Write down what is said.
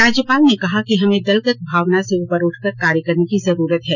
राज्यपाल ने कहा कि हमें दलगत भावना से उपर उठकर कार्य करने की जरूरत है